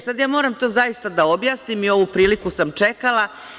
Sad ja moram to zaista da objasnim i ovu priliku sam čekala.